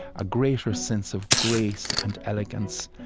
a greater sense of grace and elegance,